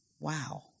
Wow